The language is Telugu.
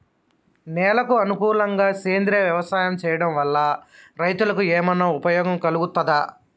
నేలకు అనుకూలంగా సేంద్రీయ వ్యవసాయం చేయడం వల్ల రైతులకు ఏమన్నా ఉపయోగం కలుగుతదా?